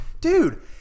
Dude